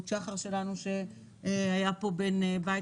שחר שלנו שהיה פה בן בית,